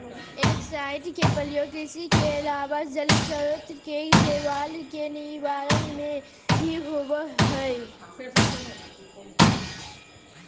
algicide के प्रयोग कृषि के अलावा जलस्रोत के शैवाल के निवारण में भी होवऽ हई